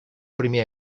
primer